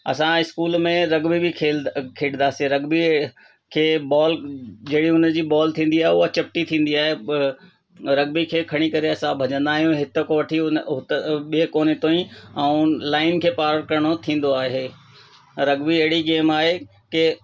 असां इस्कूल में रगबी बि खेलंदा खेॾंदासीं रगबी खे बॉल जहिड़ी हुन जी बॉल थींदी आहे उहा चपटी थींदी आहे रगबी खे खणी करे असां भॼंदा आहियूं हितों खां वठी हुन ॿिए कोने ताईं ऐं लाइन खे पार करिणो थींदो आहे तगबी अहिड़ी गेम आहे की